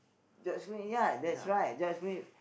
judge me ya that's right judge me